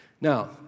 Now